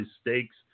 stakes